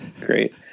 great